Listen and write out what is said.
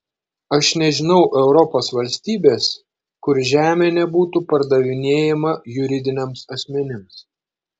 aš nežinau europos valstybės kur žemė nebūtų pardavinėjama juridiniams asmenims